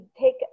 take